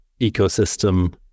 ecosystem